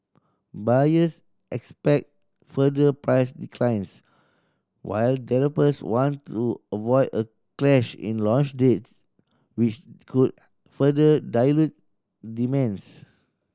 buyers expect further price declines while developers want to avoid a clash in launch date which could further dilute demands